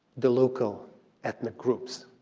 the local ethnic groups,